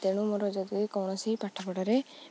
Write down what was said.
ତେଣୁ ମୋର ଯଦି କୌଣସି ପାଠପଢ଼ାରେ